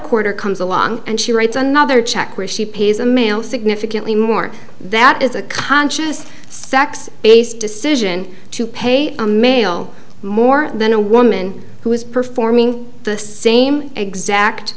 quarter comes along and she writes another check where she pays a male significantly more that is a conscious sex based decision to pay a male more than a woman who is performing the same exact